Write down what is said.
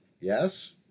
Yes